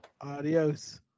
Adios